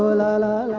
la la